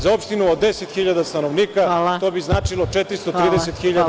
Za opštinu od 10.000 stanovnika, to bi značilo 430.000